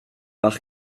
par